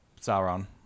Sauron